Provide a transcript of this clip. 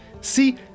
See